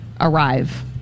arrive